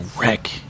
wreck